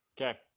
Okay